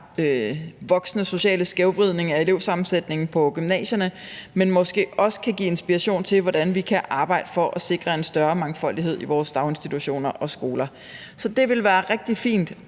voksende sociale skævvridning i forhold til sammensætningen på gymnasierne, men som måske også kan give inspiration til, hvordan vi kan arbejde for at sikre en større mangfoldighed i vores daginstitutioner og skoler. Så det ville være rigtig fint